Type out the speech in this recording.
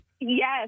Yes